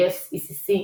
ECC,